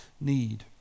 need